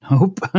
Nope